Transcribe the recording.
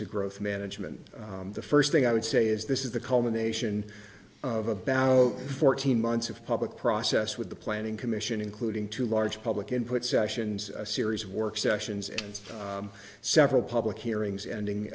to growth management the first thing i would say is this is the culmination of a ballet fourteen months of public process with the planning commission including two large public input sessions a series of work sessions and several public hearings ending